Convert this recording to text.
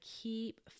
keep